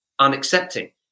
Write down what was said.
unaccepting